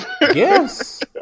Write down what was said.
yes